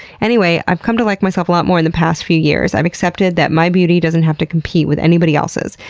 anyway, i've come to like myself a lot more in the past few years. i've accepted that my beauty doesn't have to compete with anybody else's,